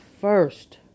first